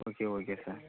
okay okay sir